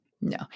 no